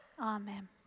Amen